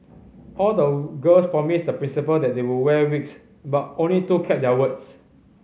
all the girls promised the principal that they would wear wigs but only two kept their words